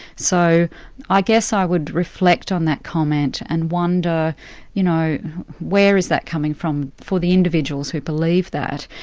so i guess i would reflect on that comment and wonder you know where is that coming from for the individuals who believe that,